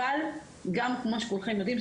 אבל גם כמו שכולכם יודעים,